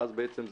ואז זה